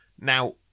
Now